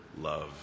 love